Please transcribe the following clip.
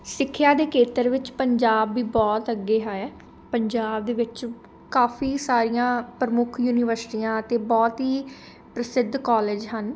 ਸਿੱਖਿਆ ਦੇ ਖੇਤਰ ਵਿੱਚ ਪੰਜਾਬ ਵੀ ਬਹੁਤ ਅੱਗੇ ਹੈ ਪੰਜਾਬ ਦੇ ਵਿੱਚ ਕਾਫੀ ਸਾਰੀਆਂ ਪ੍ਰਮੁੱਖ ਯੂਨੀਵਰਸ਼ਿਟੀਆਂ ਅਤੇ ਬਹੁਤ ਹੀ ਪ੍ਰਸਿੱਧ ਕੋਲਜ ਹਨ